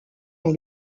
dans